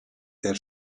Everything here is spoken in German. der